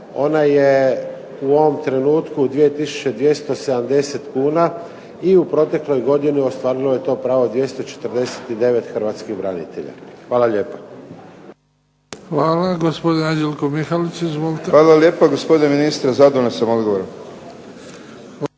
Ona je u ovom trenutku 2,270 kuna i u protekloj godini ostvarilo je to pravo 249 hrvatskih branitelja. Hvala lijepo. **Bebić, Luka (HDZ)** Hvala. Gospodin Anđelko Mihalić, izvolite. **Mihalić, Anđelko (HDZ)** Hvala lijepo gospodine ministre, zadovoljan sam odgovorom.